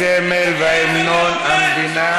הסמל והמנון המדינה.